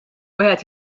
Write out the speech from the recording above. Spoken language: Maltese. wieħed